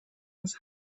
his